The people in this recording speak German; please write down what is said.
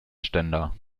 ständer